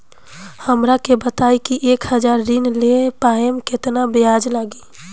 हमरा के बताई कि एक हज़ार के ऋण ले ला पे केतना ब्याज लागी?